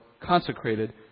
consecrated